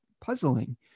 puzzling